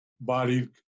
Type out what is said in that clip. bodied